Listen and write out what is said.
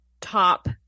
top